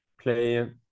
play